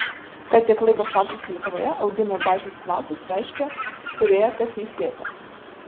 kad tiek laiko slapstėsi lietuvoje augino ir dažėsi plaukus reiškia turėjo kas jį slėpė